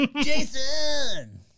jason